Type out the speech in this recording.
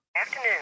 Afternoon